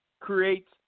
creates